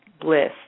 bliss